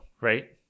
Right